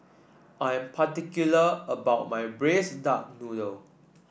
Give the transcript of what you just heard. I am particular about my Braised Duck Noodle